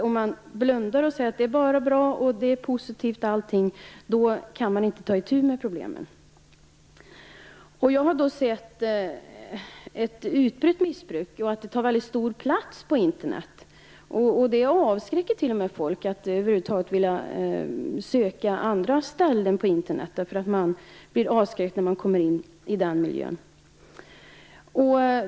Om man blundar och säger att allting bara är bra och positivt kan man inte ta itu med problemen. Jag har sett ett utbrett missbruk, och det tar mycket stor plats på Internet. Det avskräcker t.o.m. människor att över huvud taget vilja söka andra ställen på Internet. Man blir avskräckt när man kommer in i den miljön.